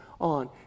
on